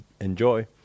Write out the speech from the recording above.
enjoy